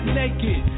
naked